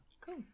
Cool